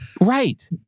Right